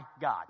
God